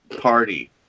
party